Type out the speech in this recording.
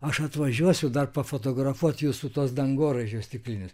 aš atvažiuosiu dar pafotografuot jūsų tuos dangoraižius stiklinius